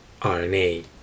RNA